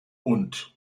und